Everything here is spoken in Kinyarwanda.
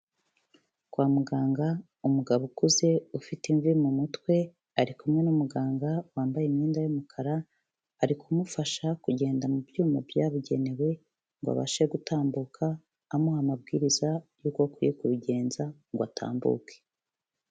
Kwa muganga umugabo ukuze ufite imvi mu mutwe ari kumwe n'umuganga wambaye imyenda y'umukara, ari kumufasha kugenda mu byuma byabugenewe ngo abashe gutambuka amuha amabwiriza y'uko akwiye kubigenza ngo atambuke.